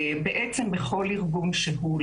בעצם בכל ארגון שהוא.